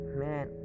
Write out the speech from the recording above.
man